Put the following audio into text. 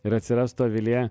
ir atsirastų avilyje